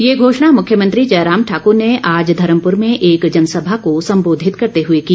ये घोषणा मुख्यमंत्री जयराम ठाक्र ने आज धर्मप्र में एक जनसभा को संबोधित करते हुए की